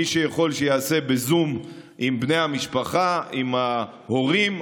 מי שיכול, שיעשה בזום עם בני המשפחה, עם ההורים.